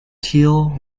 teal